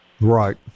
Right